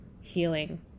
healing